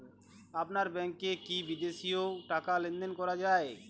আপনার ব্যাংকে কী বিদেশিও টাকা লেনদেন করা যায়?